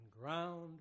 ground